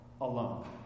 alone